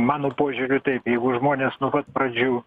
mano požiūriu taip jeigu žmonės nuo pat pradžių